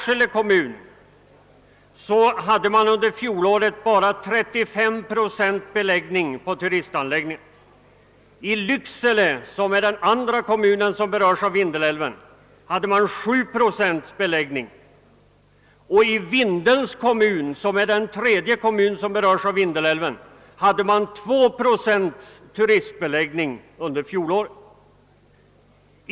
I den framhålls att man i Sorsele kommun bara hade 35 procent beläggning på sina turistanläggningar under fjolåret. I Lycksele, som är den andra kommunen som berörs av Vindelälven, var beläggningen endast 7 procent och i Vindelns kommun, den tredje berörda kommunen, hade man så litet som 2 procent turistbeläggning under fjolåret.